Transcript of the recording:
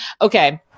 okay